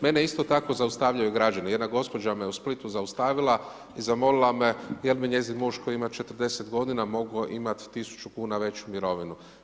Meni isto tako zaustavljaju građani, jedna gospođa me u Splitu zaustavila i zamolila me, jel bi njezin muž, koji ima 40 g. mogao imati 1000 kn veću mirovinu.